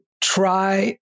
try